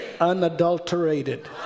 unadulterated